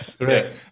yes